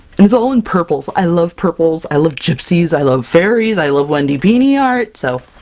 and it's all in purples! i love purples! i love gypsies! i love fairies! i love wendy pini art so